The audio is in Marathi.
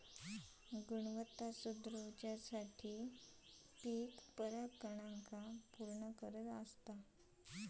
गुणवत्ता सुधरवुसाठी पिकाच्या परागकणांका पुर्ण करता